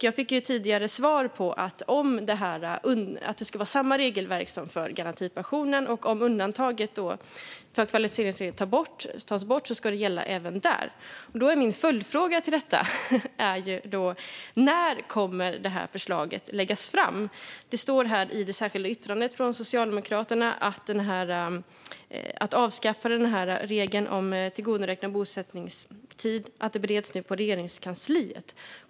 Jag fick tidigare svar på att det ska vara samma regelverk som för garantipensionen, och om undantaget för kvalificeringsregeln tas bort ska det gälla även där. Min följdfråga är då: När kommer det här förslaget att läggas fram? Det står i det särskilda yttrandet från Socialdemokraterna att avskaffandet av regeln om tillgodoräknande av bosättningstid bereds på Regeringskansliet.